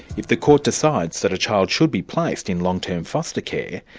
if the court decides that a child should be placed in long-term foster care,